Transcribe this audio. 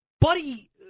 Buddy